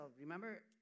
remember